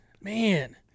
Man